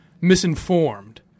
misinformed